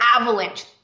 avalanche